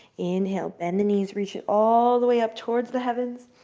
inhale. bend the knees. reach it all the way up towards the heavens.